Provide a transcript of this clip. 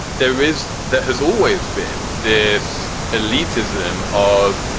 there is there has always been this elite ism of.